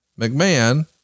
McMahon